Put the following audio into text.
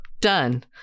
done